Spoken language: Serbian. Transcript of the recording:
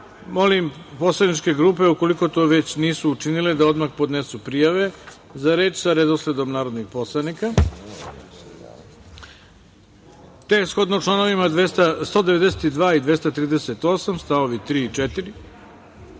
poslaničke grupe, ukoliko to već nisu učinile, da odmah podnesu prijave za reč sa redosledom narodnih poslanika. Shodno članovima 192. i 238. st. 3. i 4.